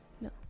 No